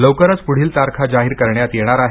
लवकरच पुढील तारखा जाहीर करण्यात येणार आहेत